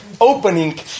opening